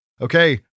okay